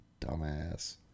Dumbass